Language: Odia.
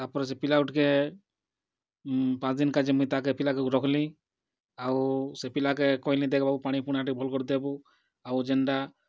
ତା'ର୍ପରେ ସେ ପିଲାକୁ ଟିକେ ପାଞ୍ଚ୍ ଦିନ୍ କା'ଯେ ମୁଇଁ ତାକେ ପିଲାକେ ରଖ୍ଲି ଆଉ ସେ ପିଲାକେ କହେଲି ଦେଖ ବାବୁ ପାଣିପୁଣା ଟିକେ ଭଲ୍ କରି ଦେବୁ ଆଉ ଯେନ୍ତା